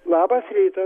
labas rytas